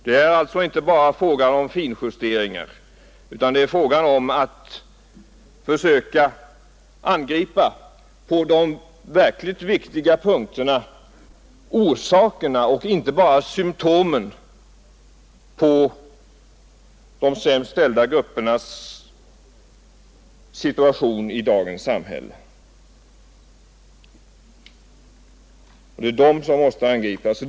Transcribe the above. Det är alltså inte bara en fråga om finjusteringar utan att på de verkligt viktiga punkterna försöka angripa orsakerna till och inte bara symtomen på de sämst ställda gruppernas situation i dagens samhälle. Det är dessa som måste angripas.